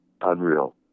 unreal